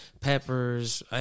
peppers